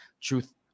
truth